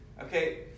Okay